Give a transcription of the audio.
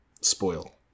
Spoil